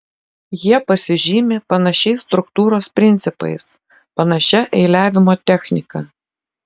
jie pasižymi panašiais struktūros principais panašia eiliavimo technika